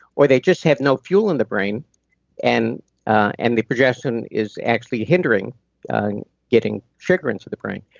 or they just have no fuel in the brain and and the progesterone is actually hindering getting sugar into the brain.